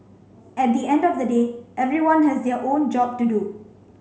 at the end of the day everyone has their own job to do